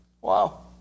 Wow